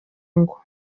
ngo